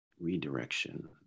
redirection